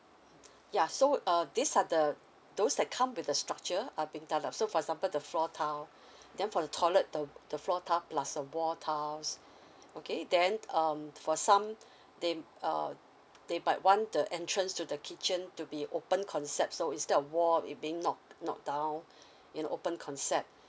ya so uh these are the those that come with the structure so for example the floor tile then for the toilet the the floor tile plus the wall tiles okay then um for some they uh they might want the entrance to the kitchen to be open concept so is there a wall it being knock knock down in open concept